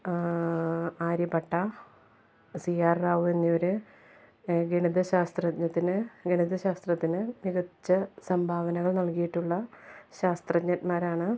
Aryabhata C R Rao എന്നിവർ ഗണിതശാസ്ത്രജ്ഞത്തിന് ഗണിതശാസ്ത്രത്തിന് മികച്ച സംഭാവനകൾ നൽകിയിട്ടുള്ള ശാസ്ത്രജ്ഞന്മാരാണ്